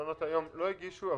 מעונות היום לא הגישו,